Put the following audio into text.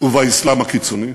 ובאסלאם הקיצוני,